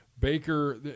Baker